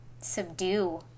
subdue